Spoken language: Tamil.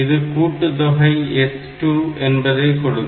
இது கூட்டுத்தொகை S2 என்பதை கொடுக்கும்